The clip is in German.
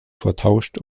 vertauscht